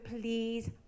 please